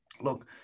look